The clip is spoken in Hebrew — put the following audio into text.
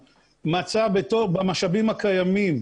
משה, בבקשה, תן לו גם לדבר.